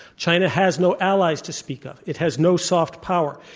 china has no allies to speak of. it has no soft power.